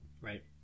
Right